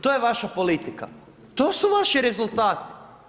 To je vaša politika, to su vaši rezultati.